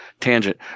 tangent